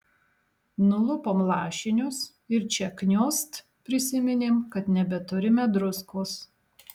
nulupom lašinius ir čia kniost prisiminėm kad nebeturime druskos